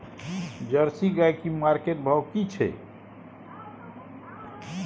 Jersey गाय की market भाव की छै?